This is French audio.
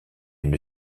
une